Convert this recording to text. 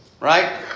Right